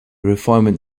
refinement